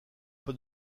pas